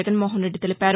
జగన్మోహన్ రెడ్డి తెలిపారు